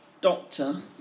doctor